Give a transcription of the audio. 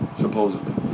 supposedly